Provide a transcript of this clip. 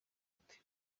ati